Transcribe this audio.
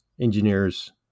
engineers